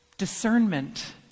discernment